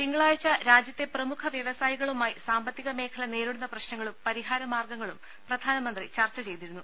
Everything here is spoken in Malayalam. തിങ്കളാഴ്ച രാജ്യത്തെ പ്രമുഖ വൃവസായികളുമായി സാമ്പത്തികമേഖല നേരിടുന്ന പ്രശ്നങ്ങളും പരിഹാര മാർഗ്ഗ ങ്ങളും പ്രധാനമന്ത്രി ചർച്ച ചെയ്തിരുന്നു